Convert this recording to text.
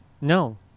No